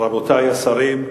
רבותי השרים,